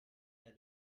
said